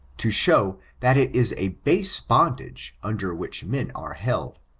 to show that it is a base bondage under which men are held,